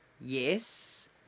yes